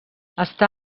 està